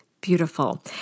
beautiful